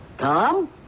Tom